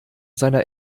seiner